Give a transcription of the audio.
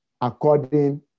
according